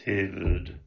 David